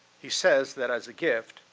he says that as a gift,